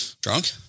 drunk